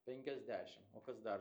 penkiasdešim o kas dar